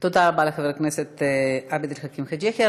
תודה רבה לחבר הכנסת עבד אל חכים חאג' יחיא.